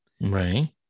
right